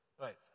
Right